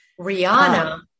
Rihanna